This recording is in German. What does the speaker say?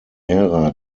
ära